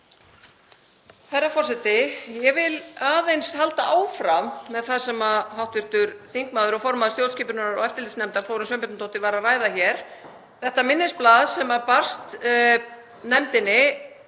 Herra forseti. Ég vil aðeins halda áfram með það sem hv. þingmaður og formaður stjórnskipunar- og eftirlitsnefndar, Þórunn Sveinbjarnardóttir, var að ræða hér. Þetta minnisblað sem barst nefndinni